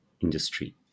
industry